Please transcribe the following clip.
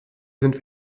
sind